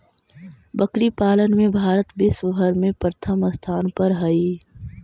बकरी पालन में भारत विश्व भर में प्रथम स्थान पर हई